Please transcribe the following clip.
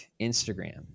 Instagram